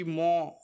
more